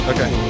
Okay